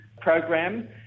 program